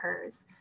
occurs